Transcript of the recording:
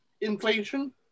inflation